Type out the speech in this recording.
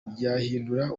byahindura